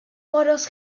poros